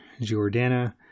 Giordana